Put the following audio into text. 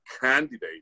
candidate